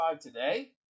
today